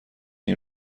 این